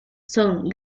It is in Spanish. son